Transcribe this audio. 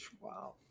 Wow